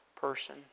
person